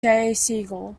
siegel